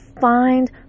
find